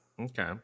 Okay